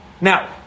Now